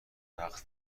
وقت